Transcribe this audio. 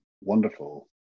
wonderful